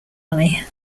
money